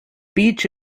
beach